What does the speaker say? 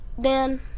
Dan